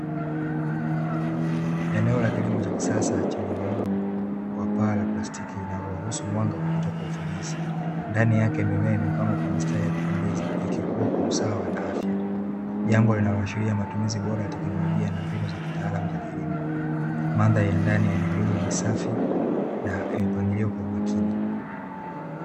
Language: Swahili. Eneo la kilimo cha kisasa chenye muundo wa paa la plastiki linaloruhusu mwanga kupita kwa ufanisi. Ndani yake mimea imepangwa kwa mistari ya kupendeza, ikikua kwa usawa na afya. Jambo linaloashiria matumizi bora ya teknolojia na mbinu za kitaalamu za kilimo. Mandhari ya ndani ya eneo hilo ni safi na imepangiliwa kwa umakini.